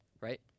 right